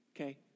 okay